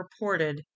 reported